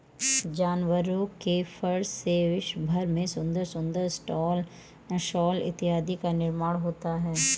जानवरों के फर से विश्व भर में सुंदर सुंदर स्टॉल शॉल इत्यादि का निर्माण होता है